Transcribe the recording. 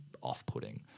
off-putting